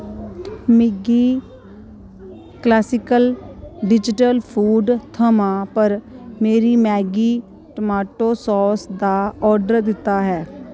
मिगी classical digital food थमां पर में मैगी टोमाटो सास दा आर्डर दित्ता है